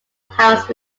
house